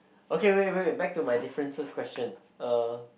okay wait wait wait back to my differences question uh